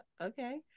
okay